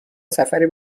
سفری